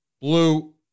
blue